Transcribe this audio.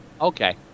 Okay